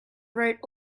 wrote